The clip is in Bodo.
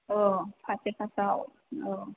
अ थार्टि फार्स्टआव अ